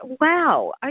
wow